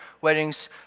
weddings